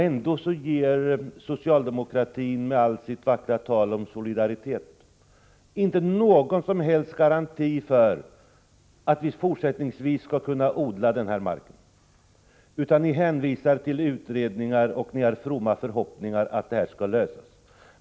Ändå ger ni socialdemokrater med allt ert vackra tal om solidaritet inte någon som helst garanti för att vi fortsättningsvis skall kunna odla denna mark, utan ni hänvisar till utredningar och hyser fromma förhoppningar om att problemet skall lösas.